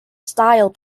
style